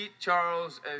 Charles